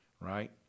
Right